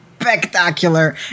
spectacular